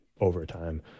overtime